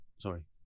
Sorry